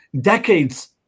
decades